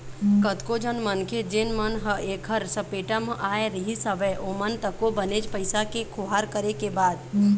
कतको झन मनखे जेन मन ह ऐखर सपेटा म आय रिहिस हवय ओमन तको बनेच पइसा के खोहार करे के बाद